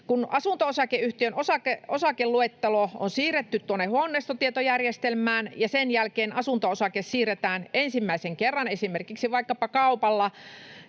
Kun asunto-osakeyhtiön osakeluettelo on siirretty huoneistotietojärjestelmään ja sen jälkeen asunto-osake siirretään ensimmäisen kerran esimerkiksi vaikkapa kaupalla,